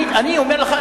אני אומר לך,